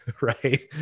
Right